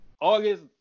August